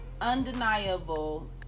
undeniable